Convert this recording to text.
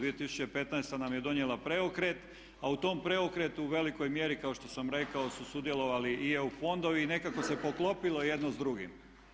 2015. nam je donijela preokret, a u tom preokretu u velikoj mjeri kao što sam rekao su sudjelovali i EU fondovi i nekako se poklopilo jedno s drugim.